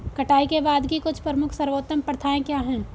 कटाई के बाद की कुछ प्रमुख सर्वोत्तम प्रथाएं क्या हैं?